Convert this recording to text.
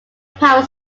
power